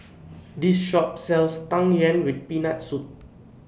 This Shop sells Tang Yuen with Peanut Soup